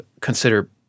consider